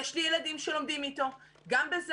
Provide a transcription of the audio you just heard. יש לי ילדים שלומדים איתו בכיתה ז',